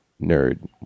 nerd